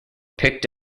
picked